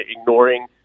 ignoring